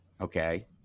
Okay